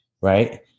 Right